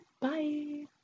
Bye